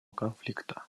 конфликта